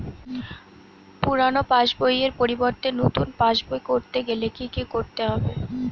পুরানো পাশবইয়ের পরিবর্তে নতুন পাশবই ক রতে গেলে কি কি করতে হবে?